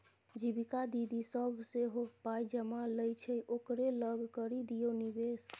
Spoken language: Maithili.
जीविका दीदी सभ सेहो पाय जमा लै छै ओकरे लग करि दियौ निवेश